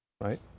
right